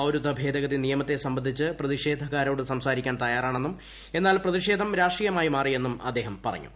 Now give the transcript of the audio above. പൌരത ഭേദഗതി നിയമത്തെ സംബന്ധിച്ച് പ്രതിഷേധക്കാരോട് സംസാരിക്കാൻ തയ്യാറാണെന്നും എന്നാൽ പ്രതിഷേധം രാഷ്ട്രീയമായി മാറിയെന്നും അദ്ദേഹം പറഞ്ഞു